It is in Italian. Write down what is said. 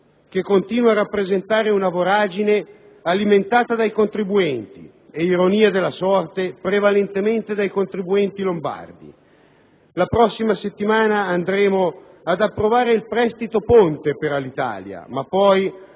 che continua a rappresentare una voragine alimentata dai contribuenti e, ironia della sorte, prevalentemente dai contribuenti lombardi. La prossima settimana andremo ad approvare il prestito ponte per Alitalia, ma poi